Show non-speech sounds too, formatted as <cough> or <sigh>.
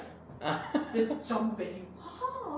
<laughs>